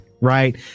right